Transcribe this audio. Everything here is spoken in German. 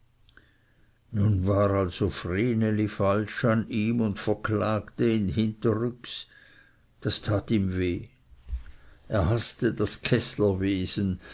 nun war also vreneli falsch an ihm und verklagte ihn hinterrücks das tat ihm weh er haßte das